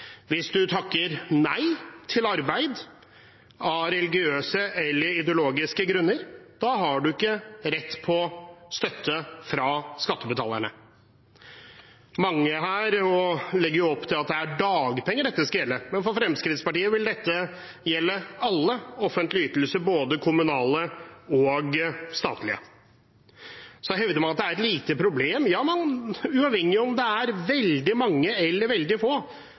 Hvis du takker nei til arbeid av religiøse eller ideologiske grunner, har du ikke rett til støtte fra skattebetalerne. Mange her legger opp til at det er dagpenger dette skal gjelde, men for Fremskrittspartiet vil det gjelde alle offentlige ytelser, både kommunale og statlige. Så hevder man at det er et lite problem. Ja, men uavhengig av om det er veldig mange eller veldig få,